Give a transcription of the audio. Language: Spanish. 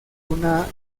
una